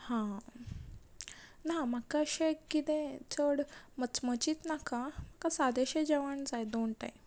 हां ना म्हाका अशें कितें चड मचमचीत नाका म्हाका सादेंशें जेवण जाय दोन टायम